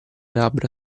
labbra